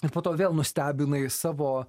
ir po to vėl nustebinai savo